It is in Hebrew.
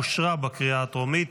אושרה בקריאה הטרומית